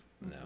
No